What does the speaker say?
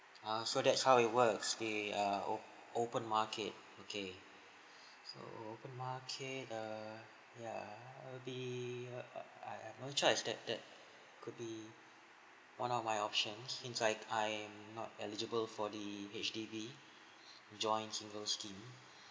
ah so that's how it works they uh o~ open market okay so open market err ya I'll be uh I have no choice that that could be one of my options I'm not eligible for the H_D_B joint single scheme